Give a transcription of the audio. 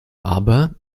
aber